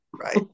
right